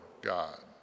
God